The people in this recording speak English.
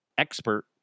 Expert